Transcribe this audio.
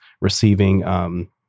receiving